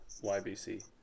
YBC